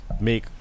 make